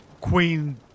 queen